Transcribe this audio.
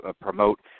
promote